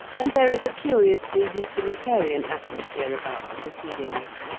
and there is a curiously utilitarian atmosphere about the proceedings.